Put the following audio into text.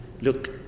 look